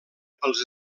pels